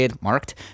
marked